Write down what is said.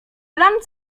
plan